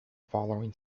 following